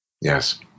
Yes